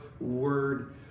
word